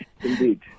indeed